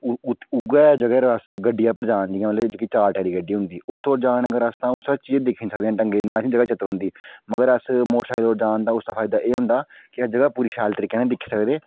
होऐ अगर अस गड्डिया उप्पर जाना होऐ जेह्की चार टैरी गड्डी होंदी उस उप्पर जाने अगर अस ते इक चीज दिक्खी सकने लेकिन सारी जगह् नेईं चेता रौंह्दी मगर अस मोटरसाइकल उप्पर जा ते उसदा फायदा एह् होंदा कि अस जगह् पुरी शैल तरीके कन्नै दिक्खी सकदे